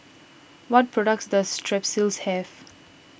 what products does Strepsils have